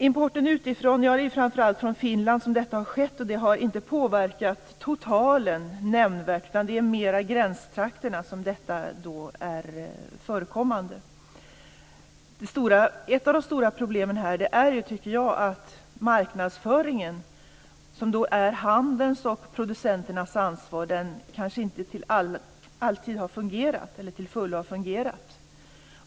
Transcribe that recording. Importen har framför allt kommit från Finland, och den har inte nämnvärt påverkat totalen, utan det är mera i gränstrakterna som den förekommer. Ett av de stora problemen tycker jag är marknadsföringen, som är handelns och producenternas ansvar. Den har kanske inte till fullo fungerat.